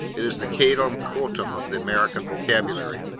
it is the caleb quotem of the american vocabulary.